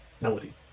melody